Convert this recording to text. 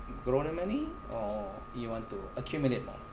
grow the money or you want to accumulate more